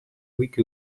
week